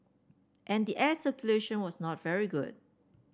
and the air circulation was not very good